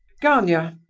gania,